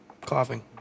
coughing